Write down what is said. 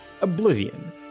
Oblivion